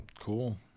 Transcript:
Cool